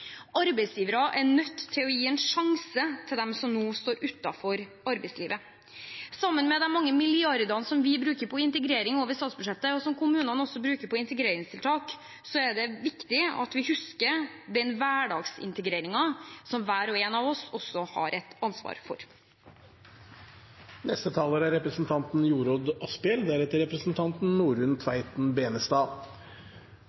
Arbeidsgivere er nødt til å gi en sjanse til dem som nå står utenfor arbeidslivet. Sammen med de mange milliardene som vi bruker på integrering over statsbudsjettet, og som kommunene bruker på integreringstiltak, er det viktig at vi husker hverdagsintegreringen, som hver og en av oss har et ansvar for. De talere som heretter får ordet, har en taletid på inntil 3 minutter. Arbeiderpartiets ambisjon er